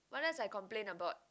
what else I complain about